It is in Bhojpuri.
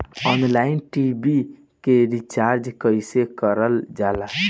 ऑनलाइन टी.वी के रिचार्ज कईसे करल जाला?